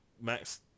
Max